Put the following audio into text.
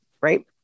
right